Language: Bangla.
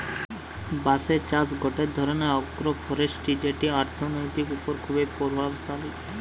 বাঁশের চাষ গটে ধরণের আগ্রোফরেষ্ট্রী যেটি অর্থনীতির ওপর খুবই প্রভাবশালী